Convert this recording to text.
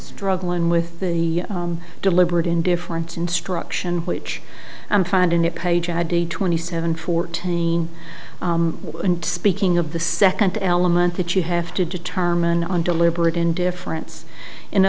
struggling with the deliberate indifference instruction which i'm finding that page id twenty seven fourteen and speaking of the second element that you have to determine on deliberate indifference in